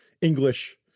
English